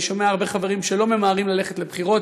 אני שומע הרבה חברים שלא ממהרים ללכת לבחירות,